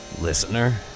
listener